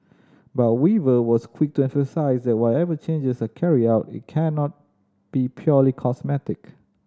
but Weaver was quick to emphasise that whatever changes are carried out it cannot be purely cosmetic